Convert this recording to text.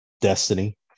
Destiny